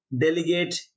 delegate